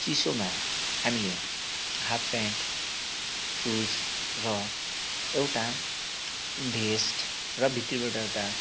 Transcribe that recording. चिसोमा हामीले half pant shoes र एउटा भेस्ट र भित्रीबाट एउटा